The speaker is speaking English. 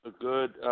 good, –